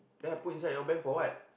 then I put inside your bed for what